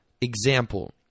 example